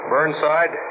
Burnside